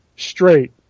straight